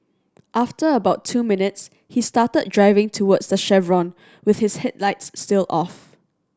after about two minutes he started driving towards the chevron with his headlights still off